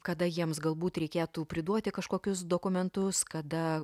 kada jiems galbūt reikėtų priduoti kažkokius dokumentus kada